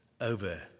over